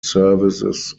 services